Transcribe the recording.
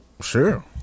sure